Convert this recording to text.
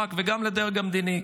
לשב"כ וגם לדרג המדיני.